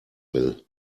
will